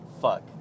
Fuck